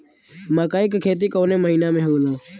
मकई क खेती कवने महीना में होला?